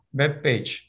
webpage